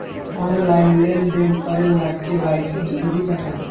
Online लेन देन करे ला के.वाइ.सी जरूरी बा का?